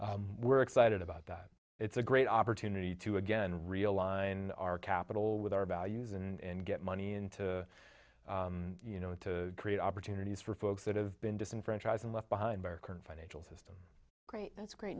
we're excited about that it's a great opportunity to again realign our capital with our values and get money in to you know to create opportunities for folks that have been disenfranchised and left behind by our current financial system great that's great